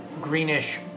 greenish